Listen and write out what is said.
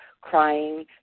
crying